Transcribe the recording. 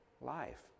life